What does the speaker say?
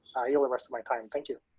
yield the rest of my time, thank you.